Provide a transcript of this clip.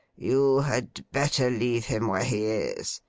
you had better leave him where he is.